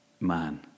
man